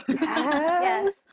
Yes